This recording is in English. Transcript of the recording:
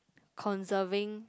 conserving